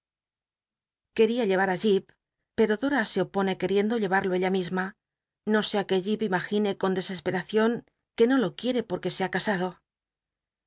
á jip pero dora se opone queriendo hendo ella misma no sea que jip imagine con dcsesperacion que no lo quici'c porque se ha casado